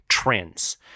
trends